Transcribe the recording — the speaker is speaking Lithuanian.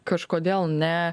kažkodėl ne